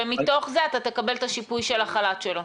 ומתוך זה אתה תקבל את השיפוי של החל"ת שלו?